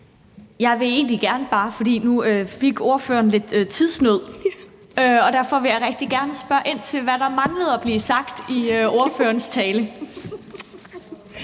Kl. 21:31 Katrine Robsøe (RV): Tak. Nu kom ordføreren lidt i tidsnød, og derfor vil jeg rigtig gerne spørge ind til, hvad der manglede at blive sagt i ordførerens tale.